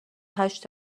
هشت